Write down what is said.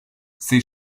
ces